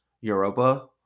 europa